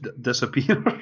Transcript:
disappear